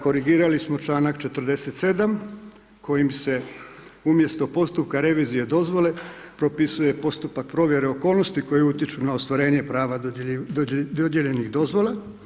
Korigirali smo članak 47. kojim se umjesto postupka revizije dozvole propisuje postupak provjere okolnosti koje utječu na ostvarivanje prava dodijeljenih dozvola.